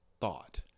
thought